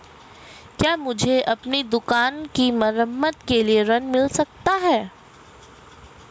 क्या मुझे अपनी दुकान की मरम्मत के लिए ऋण मिल सकता है?